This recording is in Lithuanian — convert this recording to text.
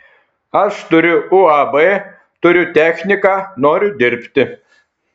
aš turiu uab turiu techniką noriu dirbti